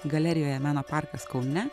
galerijoje meno parkas kaune